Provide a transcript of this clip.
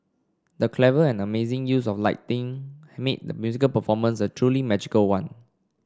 the clever and amazing use of lighting made the musical performance a truly magical one